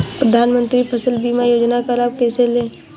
प्रधानमंत्री फसल बीमा योजना का लाभ कैसे लें?